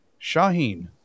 Shaheen